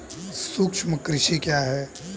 सूक्ष्म कृषि क्या है?